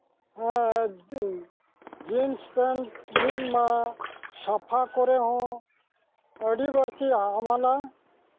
ᱦᱮᱸ jeans pant ᱢᱤᱫ ᱢᱟ ᱥᱟᱯᱷᱟ ᱠᱚᱨᱮ ᱦᱚᱸ ᱟᱹᱰᱤ ᱵᱟᱹᱲᱛᱤ ᱦᱟᱢᱟᱞᱟ